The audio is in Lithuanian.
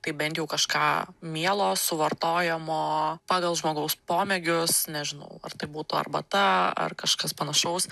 tai bent jau kažką mielo suvartojamo pagal žmogaus pomėgius nežinau ar tai būtų arbata ar kažkas panašaus